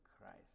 Christ